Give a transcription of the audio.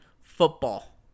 football